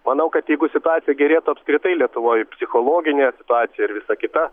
manau kad jeigu situacija gerėtų apskritai lietuvoj psichologinė situacija ir visa kita